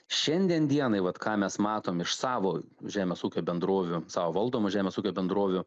šiandien dienai vat ką mes matom iš savo žemės ūkio bendrovių savo valdomų žemės ūkio bendrovių